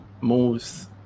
moves